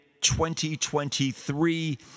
2023